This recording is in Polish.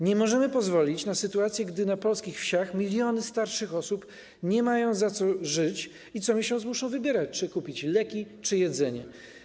Nie możemy pozwolić na sytuację, gdy na polskich wsiach miliony starszych osób nie mają za co żyć i co miesiąc muszą wybierać, czy kupić leki, czy jedzenie.